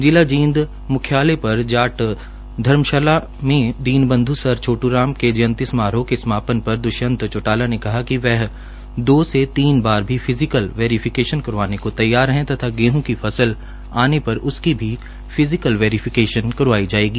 जिला जींद म्ख्यालय पर जाट धर्मशाला में दीन बंध् सर छोटूराम के जंयति समारोह के समापन पर द्वष्यंत चौटाला ने कहा कि वह दो से तीन बार भी फिजिकल वैरीफिकेशन करवाने को तैयार हैं तथा गेंह की फसल आने पर उसकी भी फिजिकल वैरीफिकेशन करवाई जाएगी